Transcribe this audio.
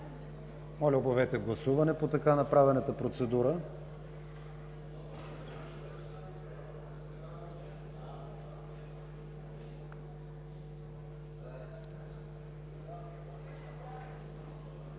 Моля, обявете гласуване по така направената процедура.